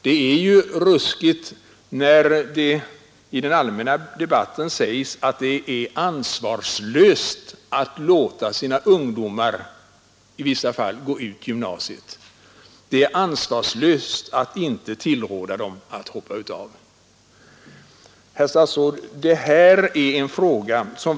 Det är ruskigt när det i den allmänna debatten sägs att det är ansvarslöst att — i vissa fall — låta sina ungdomar gå ut gymnasiet, att det är ansvarslöst att inte tillråda dem att hoppa av. Herr statsråd!